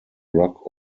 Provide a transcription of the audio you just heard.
rock